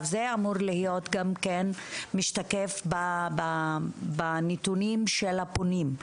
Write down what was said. זה אמור להיות משתקף גם בנתונים של הפונים.